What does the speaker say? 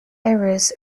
errors